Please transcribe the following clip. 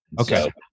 okay